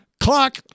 clock